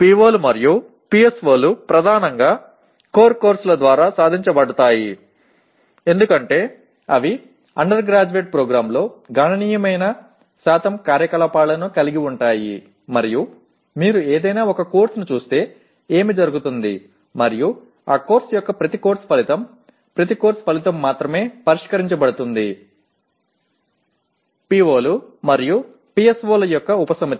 PO లు మరియు PSO లు ప్రధానంగా కోర్ కోర్సుల ద్వారా సాధించబడతాయి ఎందుకంటే అవి అండర్గ్రాడ్యుయేట్ ప్రోగ్రామ్లో గణనీయమైన శాతం కార్యకలాపాలను కలిగి ఉంటాయి మరియు మీరు ఏదైనా ఒక కోర్సును చూస్తే ఏమి జరుగుతుంది మరియు ఆ కోర్సు యొక్క ప్రతి కోర్సు ఫలితం ప్రతి కోర్సు ఫలితం మాత్రమే పరిష్కరించబడుతుంది PO లు మరియు PSO ల యొక్క ఉపసమితి